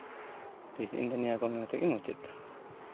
ᱛᱮᱦᱮᱧ ᱫᱚ ᱱᱤᱭᱟᱹ ᱠᱚ ᱛᱮᱜᱮᱧ ᱢᱩᱪᱟᱹᱫ ᱮᱫᱟ